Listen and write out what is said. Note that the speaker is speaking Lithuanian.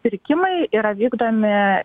pirkimai yra vykdomi